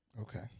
Okay